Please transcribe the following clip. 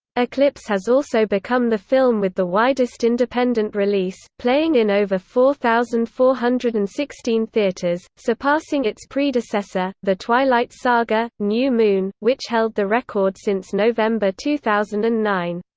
eclipse has also become the film with the widest independent release, playing in over four thousand four hundred and sixteen theaters, surpassing its predecessor, the twilight saga new moon, which held the record since november two thousand and nine.